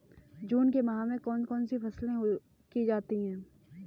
जून के माह में कौन कौन सी फसलें की जाती हैं?